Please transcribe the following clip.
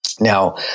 Now